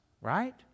right